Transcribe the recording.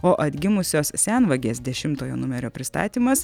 o atgimusios senvagės dešimtojo numerio pristatymas